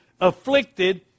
afflicted